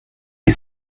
die